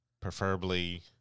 preferably